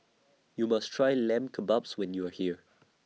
YOU must Try Lamb Kebabs when YOU Are here